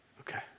Okay